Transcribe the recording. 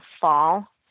fall